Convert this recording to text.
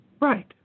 Right